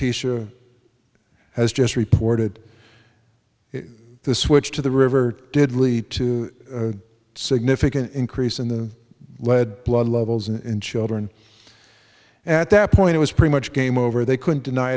teacher has just reported the switch to the river did lead to a significant increase in the lead blood levels and children at that point was pretty much game over they couldn't deny